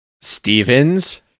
Stevens